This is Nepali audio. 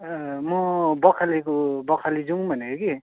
म बखालेको बखाली जाउँ भनेको कि